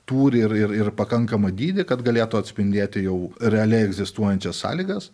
tūrį ir ir ir pakankamą dydį kad galėtų atspindėti jau realiai egzistuojančias sąlygas